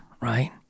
right